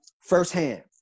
firsthand